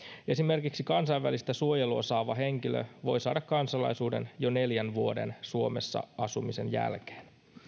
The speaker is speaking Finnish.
esimerkiksi kansainvälistä suojelua saava henkilö voi saada kansalaisuuden jo neljän vuoden suomessa asumisen jälkeen